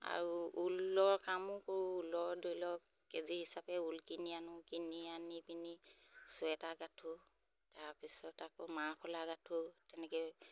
আৰু ঊলৰ কামো কৰোঁ ঊলৰ ধৰি লওক কেজি হিচাপে ঊল কিনি আনো কিনি আনি পিনি চুৱেটাৰ গাথোঁ তাৰপিছত আকৌ মাফলাৰ গাথোঁ তেনেকৈ